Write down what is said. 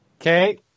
okay